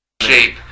shape